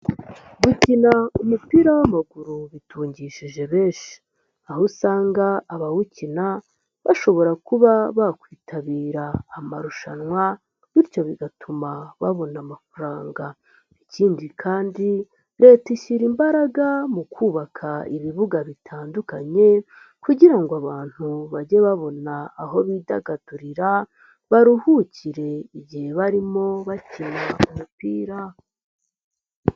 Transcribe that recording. Gukina umupira w'amaguru bitungishije benshi, aho usanga abawukina, bashobora kuba bakwitabira amarushanwa, bityo bigatuma babona amafaranga, ikindi kandi leta ishyira imbaraga mu kubaka ibibuga bitandukanye kugira ngo abantu bajye babona aho bidagadurira, baruhukire igihe barimo bakina umupira.